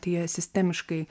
tai jie sistemiškai